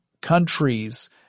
countries